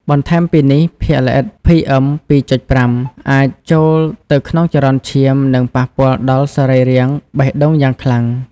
បន្ថែមពីនេះ ភាគល្អិត PM ២.៥ អាចចូលទៅក្នុងចរន្តឈាម និងប៉ះពាល់ដល់សរីរាង្គបេះដូងយ៉ាងខ្លាំង។